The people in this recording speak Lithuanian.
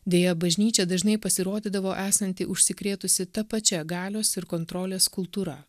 deja bažnyčia dažnai pasirodydavo esanti užsikrėtusi ta pačia galios ir kontrolės kultūra